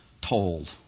told